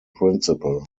principle